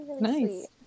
Nice